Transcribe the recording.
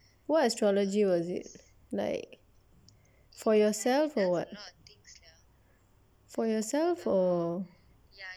what astrology was it like for yourself or what for yourself or